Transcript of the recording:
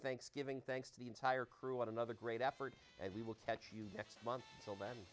thanksgiving thanks to the entire crew at another great effort and we will catch you next month